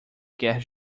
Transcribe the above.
quer